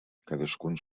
cadascun